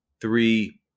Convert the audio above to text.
three